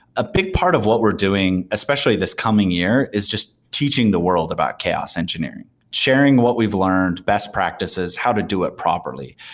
a big part of what we're doing, especially this coming year, is just teaching the world about chaos engineering. sharing what we've learned, best practices, how to do it properly.